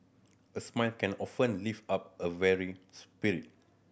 a smile can often lift up a weary spirit